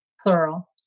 plural